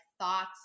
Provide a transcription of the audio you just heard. thoughts